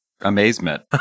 amazement